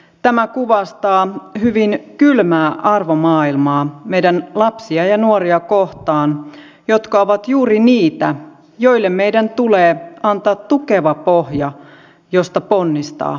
tämä kuvastaa hyvin kylmää arvomaailmaa meidän lapsia ja nuoria kohtaan jotka ovat juuri niitä joille meidän tulee antaa tukeva pohja josta ponnistaa elämään